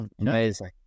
amazing